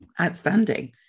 outstanding